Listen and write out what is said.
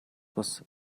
бас